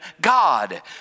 God